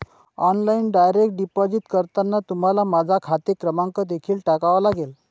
online direct deposit करताना तुम्हाला माझा खाते क्रमांक देखील टाकावा लागेल